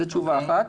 זה תשובה אחת.